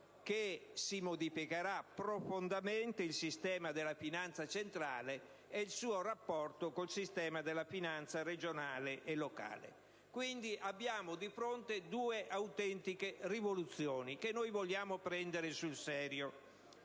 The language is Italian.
che si modificherà profondamente il sistema della finanza centrale e il suo rapporto con il sistema della finanza regionale e locale. Abbiamo quindi di fronte due autentiche rivoluzioni, che noi vogliamo prendere sul serio.